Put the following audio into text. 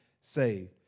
saved